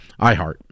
iHeart